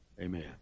amen